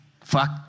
fuck